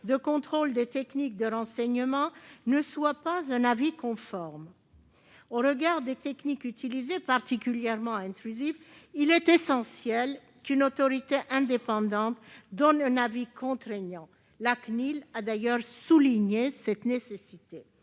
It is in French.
de contrôle des techniques de renseignement ne soit pas un avis conforme. Au regard des techniques utilisées, particulièrement intrusives, il est essentiel qu'une autorité indépendante donne un avis contraignant. La Commission nationale